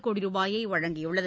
கோடி ரூபாயை வழங்கியுள்ளது